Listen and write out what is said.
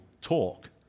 talk